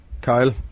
Kyle